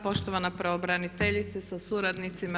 Poštovana pravobraniteljice sa suradnicima.